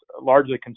largely